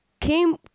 came